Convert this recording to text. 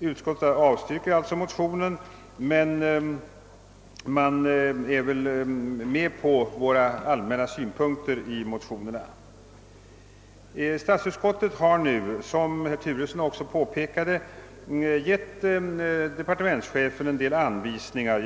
Utskottet avstyrker motionen men tycks acceptera våra allmänna synpunkter. Statsutskottet har, som herr Turesson också påpekade, gett departementschefen en del anvisningar.